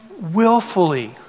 willfully